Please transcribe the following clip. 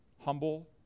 Humble